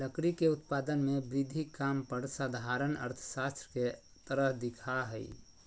लकड़ी के उत्पादन में वृद्धि काम पर साधारण अर्थशास्त्र के तरह दिखा हइ